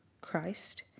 christ